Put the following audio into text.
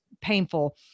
painful